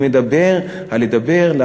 אני מדבר על לדבר,